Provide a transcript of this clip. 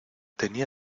tenía